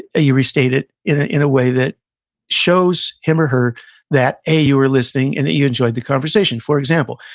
you restate it in ah in a way that shows him or her that, a, you were listening and that you enjoyed the conversation for example,